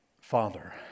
Father